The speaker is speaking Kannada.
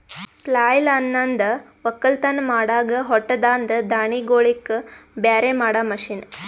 ಪ್ಲಾಯ್ಲ್ ಅನಂದ್ ಒಕ್ಕಲತನ್ ಮಾಡಾಗ ಹೊಟ್ಟದಾಂದ ದಾಣಿಗೋಳಿಗ್ ಬ್ಯಾರೆ ಮಾಡಾ ಮಷೀನ್